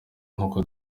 nkuko